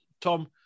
Tom